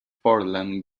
portland